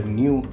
new